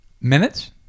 minutes